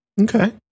Okay